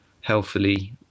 healthily